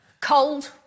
Cold